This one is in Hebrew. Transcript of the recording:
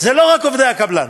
זה לא רק עובדי הקבלן.